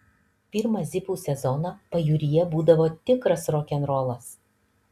pirmą zipų sezoną pajūryje būdavo tikras rokenrolas